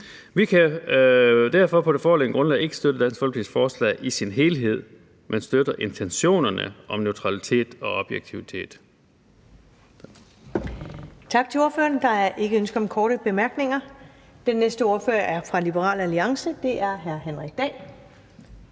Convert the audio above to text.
Vi kan derfor på det foreliggende grundlag ikke støtte Dansk Folkepartis forslag i sin helhed, men støtter intentionerne om neutralitet og objektivitet.